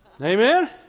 Amen